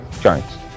Giants